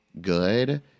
good